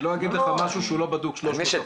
אני לא אגיד לך משהו שהוא לא בדוק 360 מעלות.